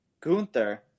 Gunther